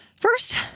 first